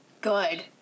good